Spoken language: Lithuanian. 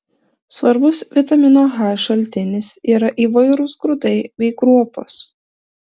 svarbus vitamino h šaltinis yra įvairūs grūdai bei kruopos